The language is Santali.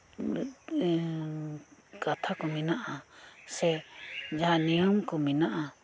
ᱠᱟᱛᱷᱟᱠᱚ ᱢᱮᱱᱟᱜᱼᱟ ᱥᱮ ᱡᱟᱦᱟᱸ ᱱᱤᱭᱚᱢᱠᱚ ᱢᱮᱱᱟᱜᱼᱟ